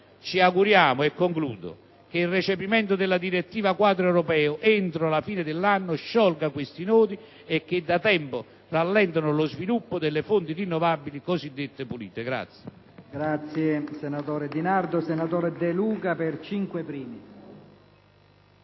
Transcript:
Ci auguriamo che il recepimento della direttiva quadro europea entro la fine dell'anno sciolga questi nodi, che da tempo rallentano lo sviluppo delle fonti rinnovabili cosiddette pulite.